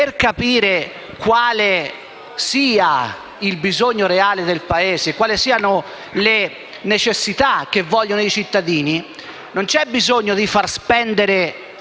per capire quale sia il bisogno reale del Paese e le necessità dei cittadini non c'è bisogno di far spendere